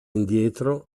indietro